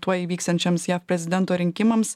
tuoj įvyksiančiems jav prezidento rinkimams